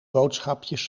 boodschapjes